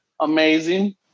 amazing